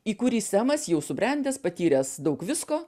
į kurį semas jau subrendęs patyręs daug visko